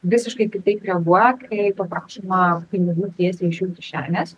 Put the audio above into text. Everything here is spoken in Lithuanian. visiškai kitaip reaguoja kai paprašoma pinigų tiesiai iš jų kišenės